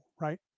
right